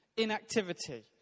inactivity